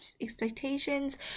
expectations